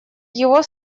его